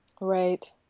Right